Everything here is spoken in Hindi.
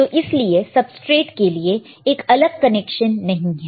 तो इसीलिए सबस्ट्रेट के लिए एक अलग कनेक्शन नहीं है